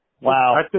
Wow